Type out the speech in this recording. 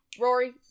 Rory